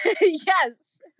Yes